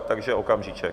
Takže okamžíček.